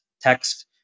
text